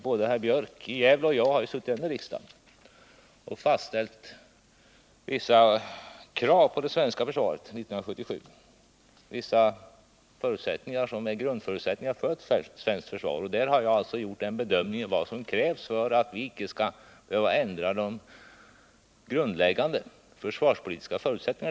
Både herr Björk och jag har ju deltagit i det beslut som fattades här i riksdagen 1977, där vi fastställde de krav och förutsättningar som skall gälla för det svenska försvaret, och jag har med hänsyn härtill gjort en bedömning av vad som krävs för att vi icke skall behöva ändra de grundläggande försvarspolitiska förutsättningarna.